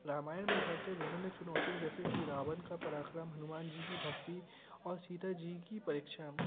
रामायण में उभरते विभिन्न चुनौतियों जैसे कि रावण का पराक्रम हनुमान जी की भक्ति और सीता जी की परीक्षा